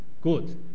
good